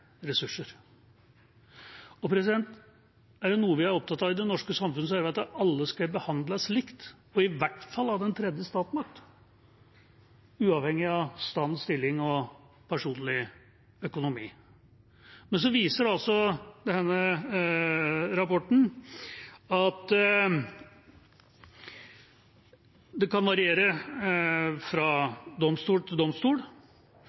Er det noe vi er opptatt av i det norske samfunnet, er det at alle skal behandles likt, og i hvert fall av den tredje statsmakt, uavhengig av stand, stilling og personlig økonomi. Men så viser altså denne rapporten at det kan variere fra domstol til domstol,